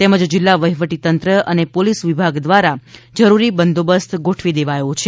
તેમજ જિલ્લા વહીવટીતંત્ર અને પોલીસ વિભાગ દ્વારા જરૂરી બંદોબસ્ત ગોઠવી દેવાયો છે